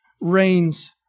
reigns